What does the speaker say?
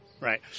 Right